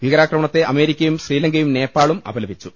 ഭീകരാക്രണത്തെ അമേരിക്കയും ശ്രീലങ്കയും നേപ്പാളും അപലപി ച്ചു